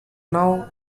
now